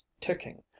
ticking